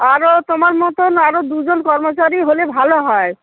আরো তোমার মতন আরো দুজন কর্মচারী হলে ভালো হয়